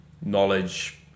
knowledge